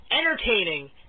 entertaining